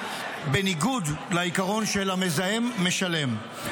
בניגוד לעיקרון של המזהם משלם.